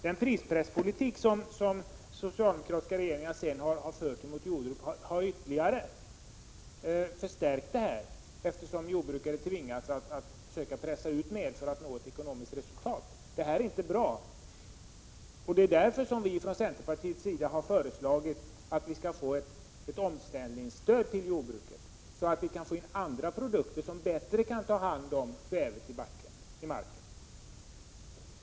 Den prispresspolitik som den socialdemokratiska regeringen har fört mot jordbrukarna har ytterligare förstärkt detta, eftersom jordbruket tvingas pressa ur mer för att nå ett ekonomiskt resultat. Det här är inte bra. Det är därför som centerpartiet har föreslagit att det skall bli ett omställningsstöd till jordbruket, så att vi kan få in produkter som bättre kan ta hand om kvävet i marken.